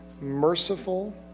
merciful